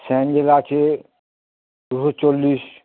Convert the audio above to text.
sandal আছে দুশো চল্লিশ